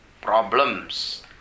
problems